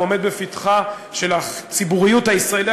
הוא עומד לפתחה של הציבוריות הישראלית,